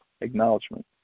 acknowledgement